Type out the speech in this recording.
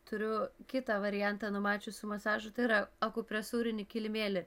turiu kitą variantą numačiusi masažų tai yra akupresūrinį kilimėlį